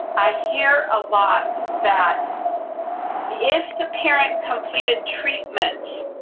i hear a lot that if the parent completed treatments,